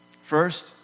First